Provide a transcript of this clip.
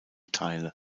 teile